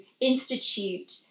institute